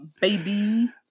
baby